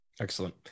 Excellent